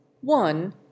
one